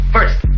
First